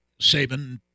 Saban